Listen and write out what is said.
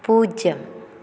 പൂജ്യം